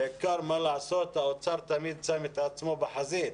בעיקר, מה לעשות, האוצר תמיד שם את עצמו בחזית,